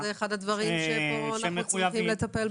אחד הדברים שבתקנות אנחנו צריכים לטפל בהם.